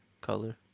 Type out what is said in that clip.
color